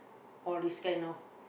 all this kind of